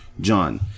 John